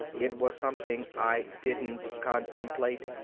it was something i didn't contemplate.